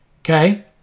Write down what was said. Okay